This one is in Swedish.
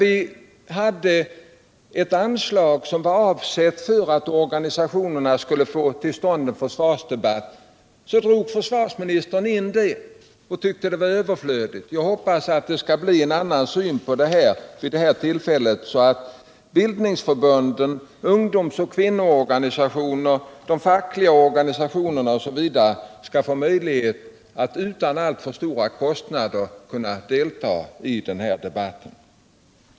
Då hade vi ett anslag som var avsett för att organisationerna skulle få till stånd en försvarsdebatt. Men försvarsministern tyckte det var överflödigt och drog in en detav anslaget. Jag hoppas det blir en annan syn vid det här tillfället så att bildningsförbunden, ungdoms och kvinnoorganisationerna, de fackliga organisationerria osv. skall få möjlighet att utan alltför stora kostnader delta i debatten.